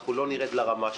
אנחנו לא נרד לרמה שלכם,